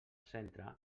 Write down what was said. centre